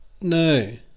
No